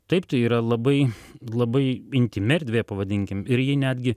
taip tai yra labai labai intymi erdvė pavadinkim ir ji netgi